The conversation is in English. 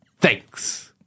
Thanks